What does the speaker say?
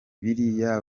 biriya